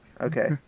Okay